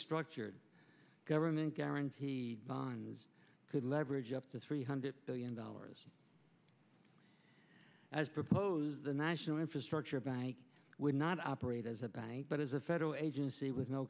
structured government guarantee bonds could leverage up to three hundred billion dollars as proposed the national infrastructure bank would not operate as a bank but is a federal agency with no